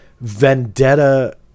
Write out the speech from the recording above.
vendetta